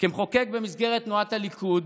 כמחוקק במסגרת תנועת הליכוד